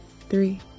three